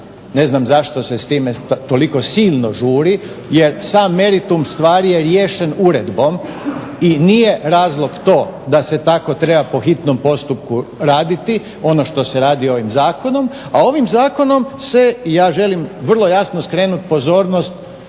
ne znam zašto se s time toliko silno žuri jer sam meritum stvari je riješen uredbom i nije razlog to da se tako treba po hitnom postupku raditi ono što se radi ovim zakonom. A ovim zakonom se, i ja želim vrlo jasno skrenuti pozornost